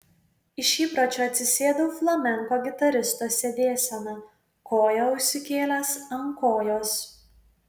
iš įpročio atsisėdau flamenko gitaristo sėdėsena koją užsikėlęs ant kojos